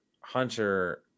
Hunter